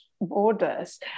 borders